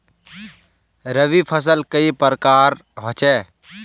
रवि फसल कई प्रकार होचे?